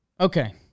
Okay